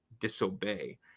disobey